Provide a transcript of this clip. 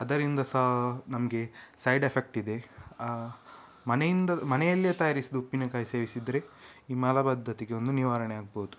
ಅದರಿಂದ ಸಹ ನಮಗೆ ಸೈಡ್ ಎಫೆಕ್ಟ್ ಇದೆ ಮನೆಯಿಂದ ಮನೆಯಲ್ಲೆ ತಯಾರಿಸಿದ ಉಪ್ಪಿನಕಾಯಿ ಸೇವಿಸಿದರೆ ಈ ಮಲಬದ್ಧತೆಗೆ ಒಂದು ನಿವಾರಣೆ ಆಗ್ಬೋದು